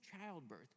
childbirth